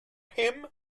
him